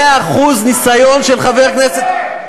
מאה אחוז ניסיון של חבר כנסת,